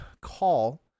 call